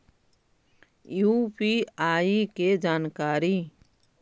UPI के जानकारी?